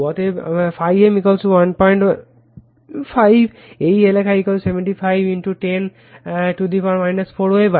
অতএব ∅ m 15 এই এলাকায় 75 10 4 ওয়েবার